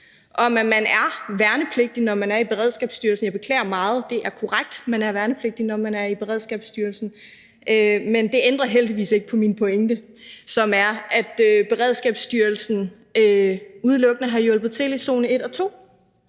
at man er værnepligtig, når man er i Beredskabsstyrelsen. Jeg beklager meget. Det er korrekt, at man er værnepligtig, når man er i Beredskabsstyrelsen, men det ændrer heldigvis ikke på min pointe, som er, at Beredskabsstyrelsen udelukkende har hjulpet til i zone 1 og